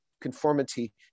conformity